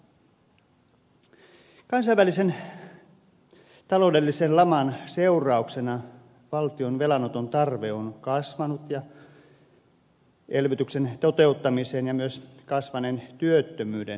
kansainvälisen taloudellisen laman seurauksena valtion velanoton tarve on kasvanut elvytyksen toteuttamisen ja myös kasvaneen työttömyyden menoihin